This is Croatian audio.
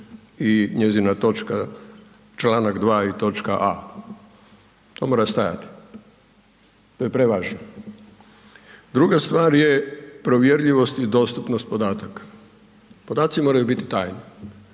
i njezina točka čl. 2. i točka a. To mora stajati. To je prevažno. Druga stvar je provjerljivost i dostupnost podataka, posaci moraju biti tajni